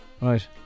Right